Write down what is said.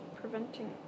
preventing